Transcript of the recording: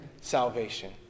salvation